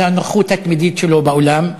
על הנוכחות התמידית שלו באולם,